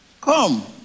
come